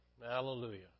hallelujah